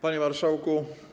Panie Marszałku!